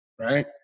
right